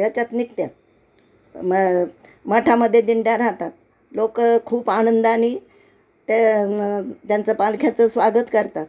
याच्यात निघतात म मठामध्ये दिंड्या राहतात लोकं खूप आनंदानी त्या त्यांचं पालख्याचं स्वागत करतात